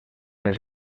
les